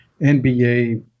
NBA